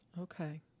Okay